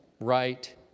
right